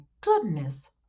goodness